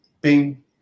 bing